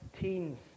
teens